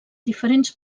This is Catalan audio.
diferents